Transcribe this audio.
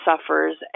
suffers